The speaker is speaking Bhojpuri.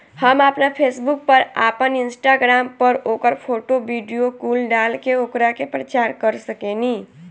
हम आपना फेसबुक पर, आपन इंस्टाग्राम पर ओकर फोटो, वीडीओ कुल डाल के ओकरा के प्रचार कर सकेनी